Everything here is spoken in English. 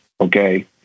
okay